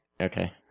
Okay